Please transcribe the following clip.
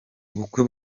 ubukwe